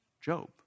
Job